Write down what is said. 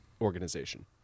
organization